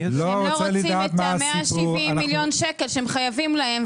שהם לא רוצים את ה-170 מיליון שקל שהם חייבים להם,